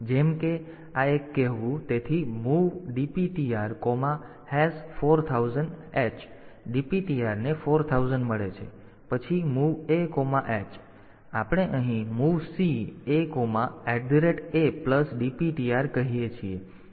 જેમ કે આ એક કહેવું તેથી MOV dptr 4000h dptr ને 4000 મળે છે પછી MOV A5 અને પછી આપણે અહીં MOVC A Adptr કહીએ છીએ